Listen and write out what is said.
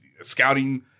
scouting